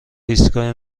ایستگاه